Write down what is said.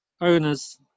owners